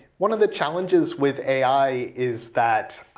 one of the challenges with ai is that